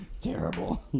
Terrible